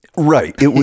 right